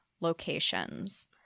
locations